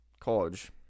college